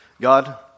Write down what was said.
God